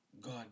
God